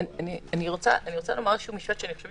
אני רוצה לומר איזשהו משפט שאני חושבת